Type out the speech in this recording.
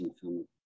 film